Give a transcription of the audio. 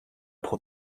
pro